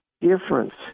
difference